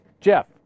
Jeff